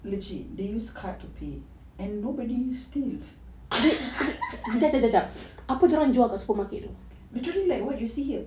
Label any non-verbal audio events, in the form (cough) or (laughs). legit they use card to pay and nobody steals (laughs) literally like what you see here